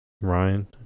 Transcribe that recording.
Ryan